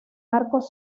arcos